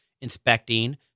inspecting